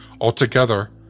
Altogether